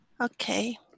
Okay